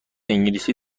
انگلیسی